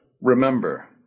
Remember